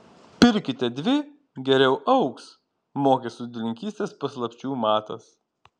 pirkite dvi geriau augs mokė sodininkystės paslapčių matas